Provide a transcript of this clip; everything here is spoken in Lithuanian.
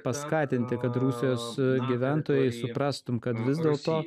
paskatinti kad rusijos gyventojai suprastum kad vis dėlto